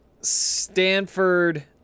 Stanford